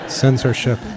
Censorship